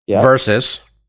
versus